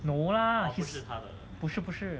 no lah he's 不是不是